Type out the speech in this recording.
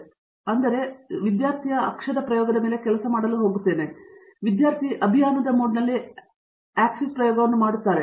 ಆದ್ದರಿಂದ ಅವರು ಈಗ ಸರಿ ಎಂದು ಹೇಳುತ್ತಾರೆ ಈಗ ನಾನು ವಿದ್ಯಾರ್ಥಿಯ ಅಕ್ಷದ ಪ್ರಯೋಗದ ಮೇಲೆ ಕೆಲಸ ಮಾಡಲು ಹೋಗುತ್ತೇನೆ ವಿದ್ಯಾರ್ಥಿ ಅಭಿಯಾನದ ಮೋಡ್ನಲ್ಲಿ ಆಕ್ಸಿಸ್ ಪ್ರಯೋಗವನ್ನು ಮಾಡುತ್ತಾರೆ